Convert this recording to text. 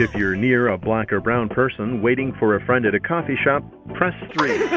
you're near a black or brown person waiting for a friend at a coffee shop, press three